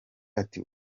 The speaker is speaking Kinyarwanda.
ati